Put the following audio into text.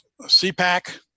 CPAC